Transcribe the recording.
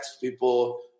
People